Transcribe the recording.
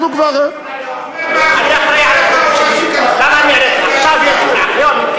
אנחנו כבר, אז למה התקיים דיון היום?